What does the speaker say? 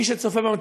מי שצופה בנו,